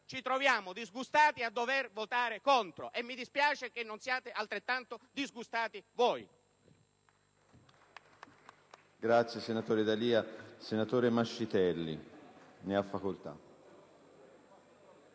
ci troviamo disgustati a dover votare contro, e ci dispiace che voi non siate altrettanto disgustati.